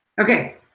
okay